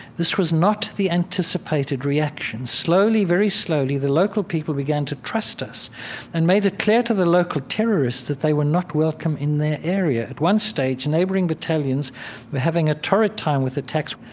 this was not the anticipated reaction. slowly, very slowly, the local people began to trust us and made it clear to the local terrorists that they were not welcome in their area. at one stage, neighboring battalions were having a torrid time with attacks.